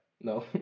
No